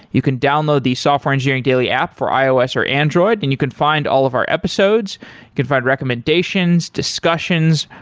you can download the software engineering daily app for ios or android and you can find all of our episodes. you can find recommendations, discussions,